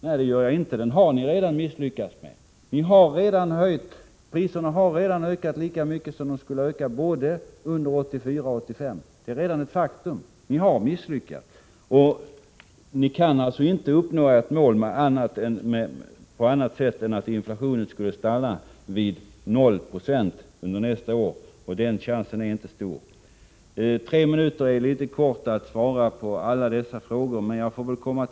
Nej, så är det inte. Den har ni redan misslyckats med. Priserna har redan höjts lika mycket som de skulle ha ökat under både 1984 och 1985. Det är ett faktum. Ni har, som sagt, misslyckats. Ni kan alltså inte uppnå ert mål annat än genom att inflationen skulle stanna vid 0 26 under nästa år, och den chansen är inte stor. Att ha tre minuter till sitt förfogande är litet i underkant när man skall svara på alla frågor som ställts. Jag får väl återkomma.